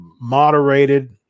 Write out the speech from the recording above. moderated –